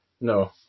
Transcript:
No